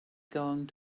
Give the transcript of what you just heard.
going